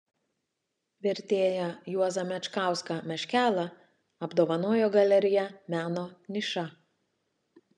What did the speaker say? vertėją juozą mečkauską meškelą apdovanojo galerija meno niša